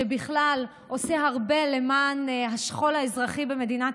שבכלל עושה הרבה למען השכול האזרחי במדינת